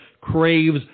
craves